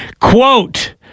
Quote